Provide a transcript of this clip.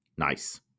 Nice